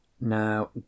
Now